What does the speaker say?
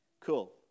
Cool